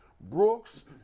Brooks